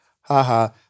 ha-ha